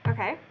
Okay